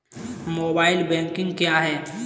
Mobile banking क्या है?